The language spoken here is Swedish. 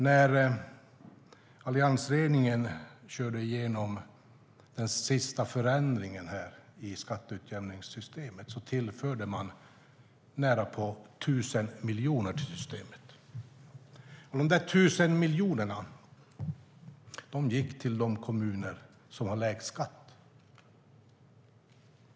När alliansregeringen körde igenom den senaste förändringen i skatteutjämningssystemet tillförde man närapå 1 000 miljoner till systemet. De 1 000 miljonerna gick till de kommuner som har lägst skatt.